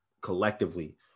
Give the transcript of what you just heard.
collectively